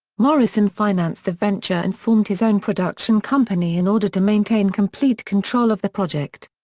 morrison financed the venture and formed his own production company in order to maintain complete control of the project.